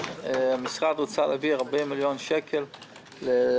המשרד רצה להביא 40 מיליון שקל לפחות,